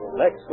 Next